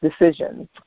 decisions